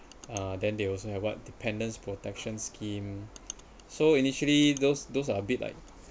uh then they also have what dependents' protection scheme so initially those those are a bit like